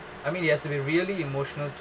I mean it has to be really emotional to